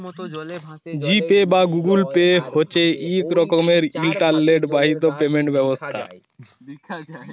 জি pay বা Google pay হছে ইক রকমের ইলটারলেট বাহিত পেমেল্ট ব্যবস্থা